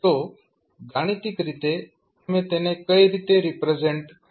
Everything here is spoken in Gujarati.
તો ગાણિતિક રીતે તમે તેને કઈ રીતે રિપ્રેઝેન્ટ કરશો